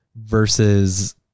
versus